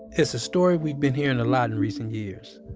it's a story we've been hearing a lot in recent years.